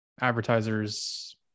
advertisers